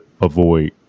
avoid